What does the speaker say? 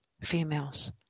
females